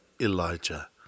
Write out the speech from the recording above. Elijah